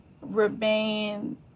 remain